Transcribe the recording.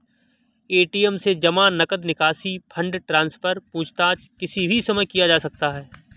ATM से जमा, नकद निकासी, फण्ड ट्रान्सफर, पूछताछ किसी भी समय किया जा सकता है